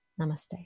namaste